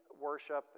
worship